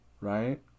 right